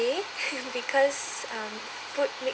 because um food make